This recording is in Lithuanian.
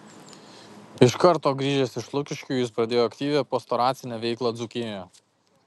iš karto grįžęs iš lukiškių jis pradėjo aktyvią pastoracinę veiklą dzūkijoje